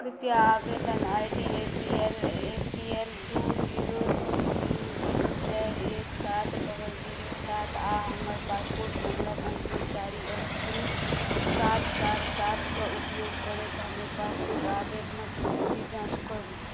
कृपया आवेदन I D A P L A P L दू जीरो दू तीन जीरो चारि एक सात डबल जीरो सात आ हमर पासपोर्ट नंबरक अंतिम चारि अङ्क तीन सात सात सात कऽ उपयोग करैत हमर पासपोर्ट आवेदनक स्थिति जाँच करू